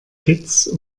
kitts